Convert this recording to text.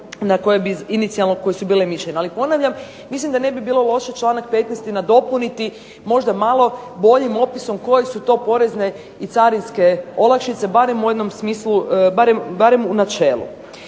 ne razumije./... Ali ponavljam, mislim da ne bi bilo loše članak 15. nadopuniti možda malo boljim opisom koje su to porezne i carinske olakšice barem u jednom